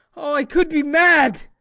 i could be mad!